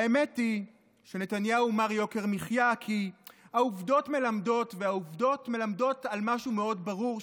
האמת היא שנתניהו מר יוקר מחיה כי העובדות מלמדות על משהו מאוד ברור,